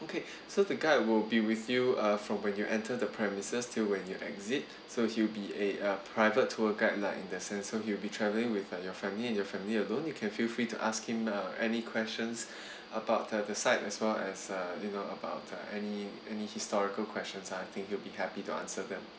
okay so the guide will be with you uh from when you enter the premises till when you exit so he'll be a uh private tour guide lah in that sense so you'll be traveling with your family and your family alone you can feel free to ask him uh any questions about the site as well as uh you know about uh any any historical questions I think he'll be happy to answer them